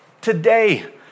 today